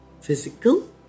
Physical